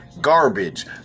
garbage